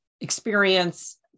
experience